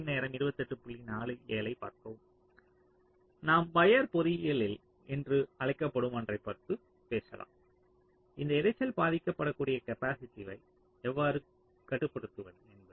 நாம் வயர் பொறியியல் என்று அழைக்கப்படும் ஒன்றைப் பற்றி பேசலாம் இந்த இரைச்சல் பாதிக்ககூடிய காப்பாசிட்டிவை எவ்வாறு கட்டுப்படுத்துவது என்பது